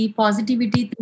positivity